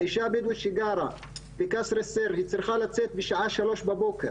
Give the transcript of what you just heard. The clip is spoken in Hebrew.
האישה הבדואית שגרה בקסר א-סיר והיא צריכה לצאת בשעה שלוש בבוקר